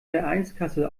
vereinskasse